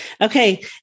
Okay